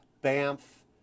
Banff